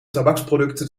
tabaksproducten